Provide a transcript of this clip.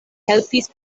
helpis